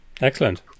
excellent